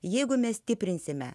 jeigu mes stiprinsime